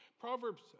Proverbs